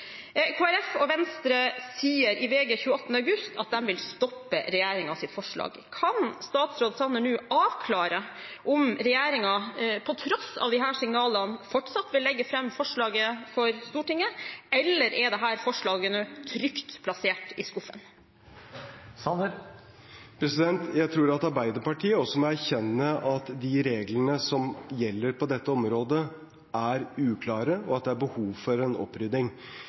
Folkeparti og Venstre sier til VG at de vil stoppe regjeringens forslag. Kan statsråd Sanner nå avklare om regjeringen på tross av disse signalene fortsatt vil legge fram forslaget for Stortinget, eller om dette forslaget nå er trygt plassert i skuffen? Jeg tror at Arbeiderpartiet også må erkjenne at de reglene som gjelder på dette området, er uklare, og at det er behov for en opprydding.